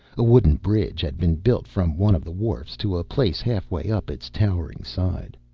a wooden bridge had been built from one of the wharfs to a place halfway up its towering side.